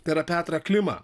tai yra petrą klimą